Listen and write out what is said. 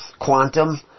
quantum